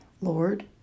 Lord